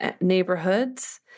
neighborhoods